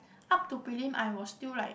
up to prelim I was still like